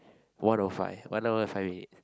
one O five one hour five minutes